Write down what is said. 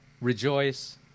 REJOICE